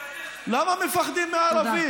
למה מפחדים מערבית?